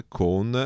con